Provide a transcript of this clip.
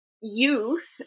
youth